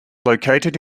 located